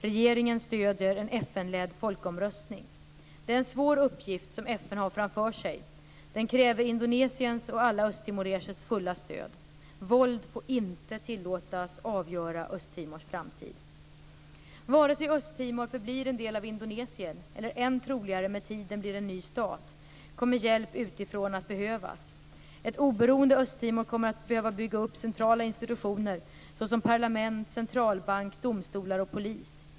Regeringen stöder en FN-ledd folkomröstning. Det är en svår uppgift FN har framför sig. Den kräver Indonesiens och alla östtimoresers fulla stöd. Våld får inte tillåtas avgöra Östtimors framtid. Vare sig Östtimor förblir en del av Indonesien eller än troligare med tiden blir en ny stat kommer hjälp utifrån att behövas. Ett oberoende Östtimor kommer att behöva bygga upp centrala institutioner, såsom parlament, centralbank, domstolar och polis.